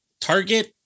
target